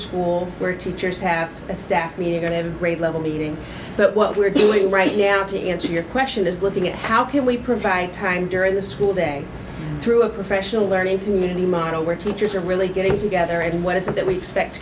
school where teachers have a staff meeting going to grade level meeting but what we're doing right now to answer your question is looking at how can we provide time during the school day through a professional learning community model where teachers are really getting together and what is it that we